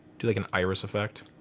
do like an iris effect.